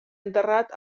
enterrat